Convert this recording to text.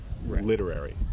Literary